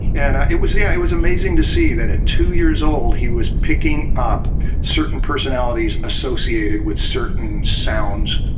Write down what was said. and it was yeah, it was amazing to see that at two years old, he was picking up certain personalities associated with certain sounds,